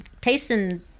tasting